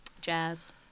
Jazz